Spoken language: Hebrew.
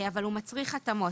אבל הוא מצריך התאמות.